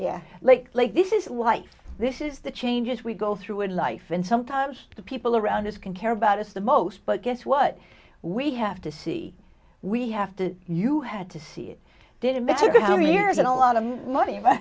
yeah like this is life this is the changes we go through in life and sometimes the people around us can care about us the most but guess what we have to see we have to you had to see it didn't matter how many years in a lot of money